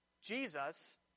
Jesus